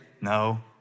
No